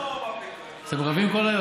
מה?